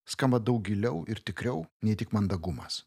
skamba daug giliau ir tikriau nei tik mandagumas